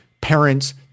parents